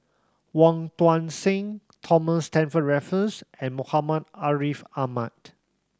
Wong Tuang Seng Thomas Stamford Raffles and Muhammad Ariff Ahmad